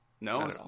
No